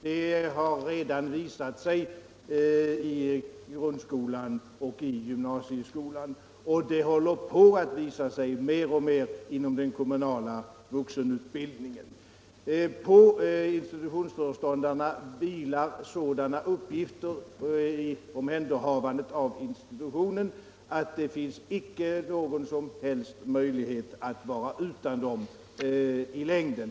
Det har redan visat sig i grundskolan och i gymnasieskolan, och det håller på att visa sig mer och mer inom den kommunala vuxenutbildningen. På institutionsföreståndarna vilar sådana uppgifter i omhändertagandet av institutionen att det inte finns någon som helst möjlighet att vara utan dem i längden.